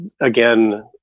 again